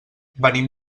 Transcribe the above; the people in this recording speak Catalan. venim